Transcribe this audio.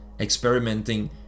experimenting